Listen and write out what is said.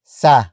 sa